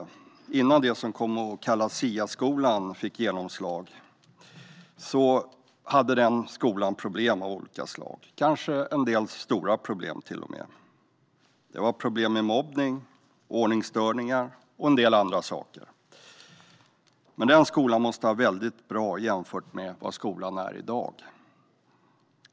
Det var innan det som kom att kallas SIA-skolan fick genomslag. Skolan då hade problem av olika slag, kanske till och med en del stora problem. Det fanns problem med mobbning, ordningsstörningar och en del andra saker. Men skolan då måste ha varit väldigt bra jämfört med skolan i dag.